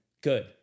good